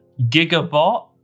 Gigabot